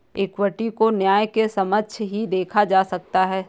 equity को न्याय के समक्ष ही देखा जा सकता है